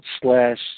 slash